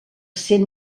cent